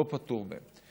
אינו פטור מהם.